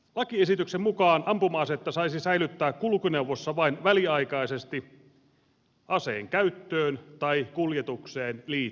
lakiesityksen mukaan ampuma asetta saisi säilyttää kulkuneuvossa vain väliaikaisesti aseen käyttöön tai kuljetukseen liittyen